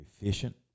efficient